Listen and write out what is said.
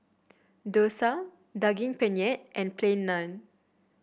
Dosa Daging Penyet and Plain Naan